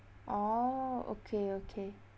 orh okay okay